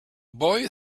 boy